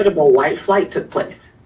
but but white flight took place.